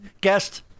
guest